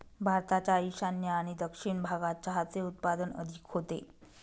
भारताच्या ईशान्य आणि दक्षिण भागात चहाचे उत्पादन अधिक होते